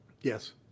Yes